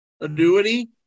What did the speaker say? annuity